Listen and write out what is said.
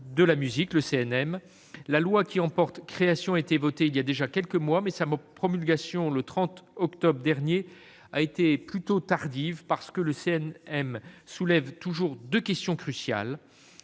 de la musique (CNM). La loi qui en porte création a été votée il y a déjà quelques mois, mais sa promulgation, intervenue le 30 octobre dernier, a été plutôt tardive. En effet, le CNM soulève toujours deux questions cruciales